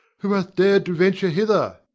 who hath dared to venture hither?